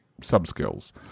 sub-skills